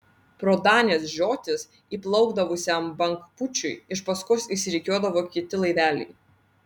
pro danės žiotis įplaukdavusiam bangpūčiui iš paskos išsirikiuodavo kiti laiveliai